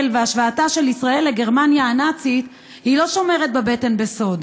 והשוואתה של ישראל לגרמניה הנאצית היא לא שומרת בבטן בסוד.